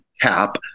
CAP